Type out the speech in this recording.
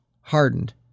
hardened